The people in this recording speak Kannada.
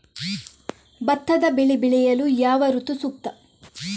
ಭತ್ತದ ಬೆಳೆ ಬೆಳೆಯಲು ಯಾವ ಋತು ಸೂಕ್ತ?